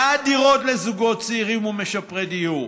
בעד דירות לזוגות צעירים ומשפרי דיור,